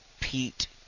Pete